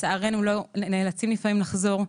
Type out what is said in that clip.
לצערנו נאלצים לפעמים לחזור.